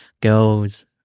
girls